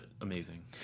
amazing